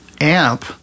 amp